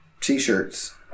t-shirts